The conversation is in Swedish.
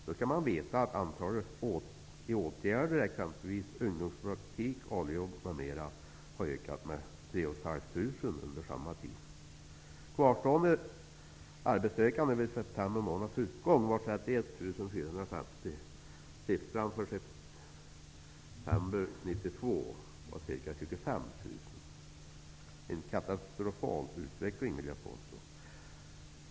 Då skall man veta att antalet personer i åtgärder, exempelvis ungdomspraktik, ALU-jobb m.m., har ökat med ca 3 500 under samma tid. Kvarstående arbetssökande vid september månads utgång var 31 450. Siffran för september 1992 var ca 25 000. En katastrofal utveckling, vill jag påstå.